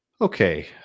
Okay